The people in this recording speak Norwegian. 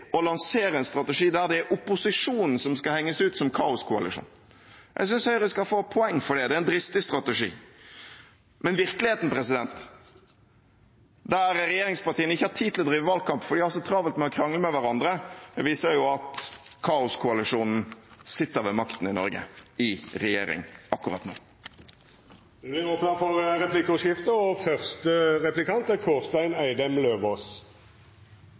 å lansere en strategi der det er opposisjonen som skal henges ut som kaoskoalisjon. Jeg synes Høyre skal få poeng for det; det er en dristig strategi. Men virkeligheten, der regjeringspartiene ikke har tid til å drive valgkamp fordi de har det så travelt med å krangle med hverandre, viser jo at kaoskoalisjonen sitter ved makten i Norge, i regjering, akkurat nå. Det vert replikkordskifte. Politikk for de mange, sier SVs representant. Da tok jeg frem innstillingen og